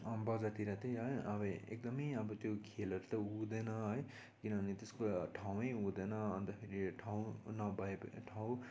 बजारतिर त अब एकदम अब त्यो खेलहरू त हुँदैन है किनभने त्यसको ठाउँ नै हुँदैन अन्त फेरि ठाउँ नभए पछि ठाउँ